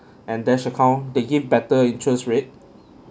and Dash account they give better interest rate